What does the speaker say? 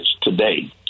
today